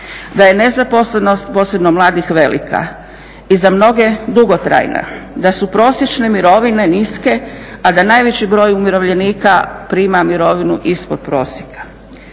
da je nezaposlenost, posebno mladih, velika i za mnoge dugotrajna. Da su prosječne mirovine niske a da najveći broj umirovljenika prima mirovinu ispod prosjeka.